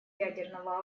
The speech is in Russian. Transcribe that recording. ядерного